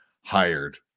hired